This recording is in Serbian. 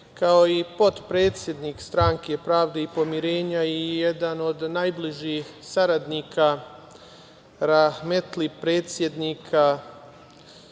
kao i potpredsednik Stranke pravde i pomirenja i jedan od najbližih saradnika rahmetli predsednika